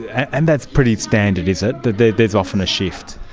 and that's pretty standard, is it, that there is often a shift?